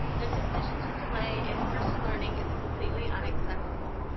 the decision to delay in person learning is completely unacceptable.